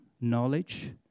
knowledge